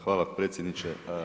Hvala predsjedniče.